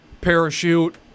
parachute